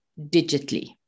digitally